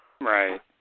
right